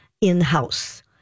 in-house